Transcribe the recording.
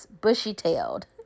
bushy-tailed